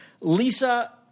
Lisa